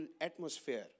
atmosphere